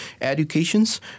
educations